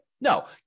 No